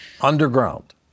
Underground